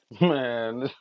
man